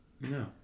no